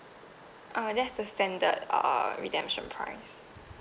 uh that's the standard err redemption price